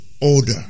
order